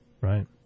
Right